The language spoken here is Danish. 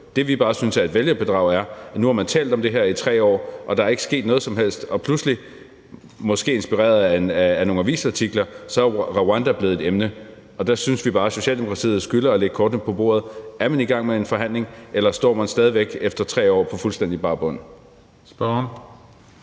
Det, vi bare synes er et vælgerbedrag, er, at nu har man talt om det her i 3 år, og der er ikke sket noget som helst, og pludselig, måske inspireret af nogle avisartikler, er Rwanda blevet et emne. Der synes vi bare, at Socialdemokratiet skylder at lægge kortene på bordet. Er man i gang med en forhandling, eller står man stadig væk efter 3 år på fuldstændig bar bund?